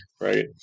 right